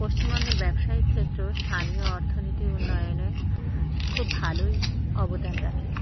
পশ্চিমবঙ্গের ব্যবসায়িক ক্ষেত্র স্থানীয় অর্থনীতির উন্নয়নে খুব ভালোই অবদান রাখে